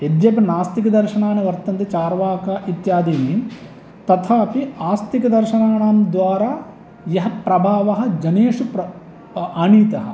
यद्यपि नास्तिकदर्शनानि वर्तन्ते चार्वाक इत्यादिनि तथापि आस्तिकदर्शणाणां द्वारा यः प्रभावः जनेषु प्र आनीतः